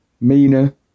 Mina